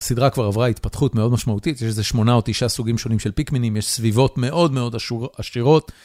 הסדרה כבר עברה התפתחות מאוד משמעותית, יש איזה שמונה או תשעה סוגים שונים של פיקמינים, יש סביבות מאוד מאוד עשירות.